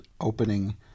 opening